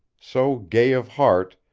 so gay of heart,